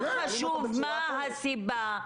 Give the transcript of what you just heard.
לא חשוב מה הסיבה.